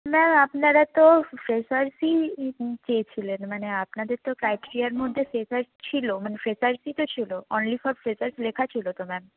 ma'am আপনারা তো ফ্রেশার্সই চেয়েছিলেন মানে আপনাদের তো ক্রাইটেরিয়ার মধ্যে ফ্রেশার্স ছিলো মানে ফ্রেশার্সই তো ছিলো অনলি ফর ফ্রেশারস লেখা ছিলো তো ম্যাম